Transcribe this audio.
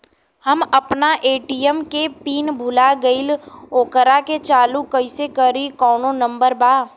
हम अपना ए.टी.एम के पिन भूला गईली ओकरा के चालू कइसे करी कौनो नंबर बा?